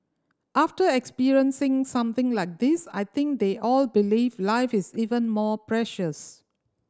after experiencing something like this I think they all believe life is even more precious